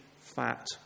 fat